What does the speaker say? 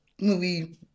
movie